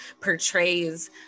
portrays